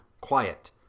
quiet